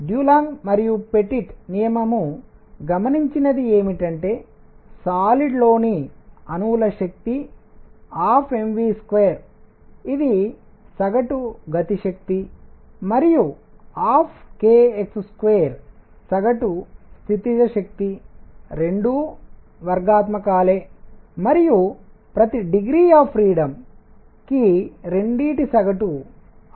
Dulong మరియు Petit నియమం గమనించినది ఏమిటంటే సాలిడ్ ఘనం లోని అణువుల యొక్క శక్తి 12mv2ఇది సగటు గతి శక్తికైనెటిక్ ఎనర్జీ మరియు 12kx2 సగటు స్థితిజ శక్తి పొటెన్షియల్ ఎనర్జీరెండూ వర్గాత్మకాలే మరియు ప్రతి డిగ్రీ ఆఫ్ ఫ్రీడమ్ కి రెండీటి సగటు RT2 RT2